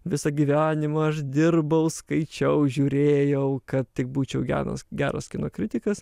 visą gyvenimą aš dirbau skaičiau žiūrėjau kad tik būčiau geras geras kino kritikas